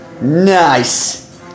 Nice